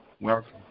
welcome